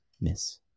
miss